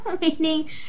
Meaning